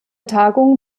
tagung